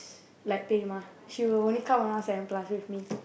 like she'll only come around seven plus with me